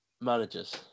managers